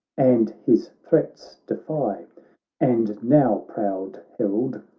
and his threats defy and now, proud herald,